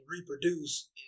reproduce